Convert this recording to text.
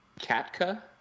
Katka